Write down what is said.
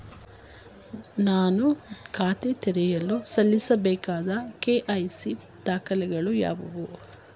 ನಾನು ಖಾತೆ ತೆರೆಯಲು ಸಲ್ಲಿಸಬೇಕಾದ ಕೆ.ವೈ.ಸಿ ದಾಖಲೆಗಳಾವವು?